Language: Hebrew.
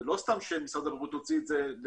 זה לא שמשרד הבריאות הוציא את זה סתם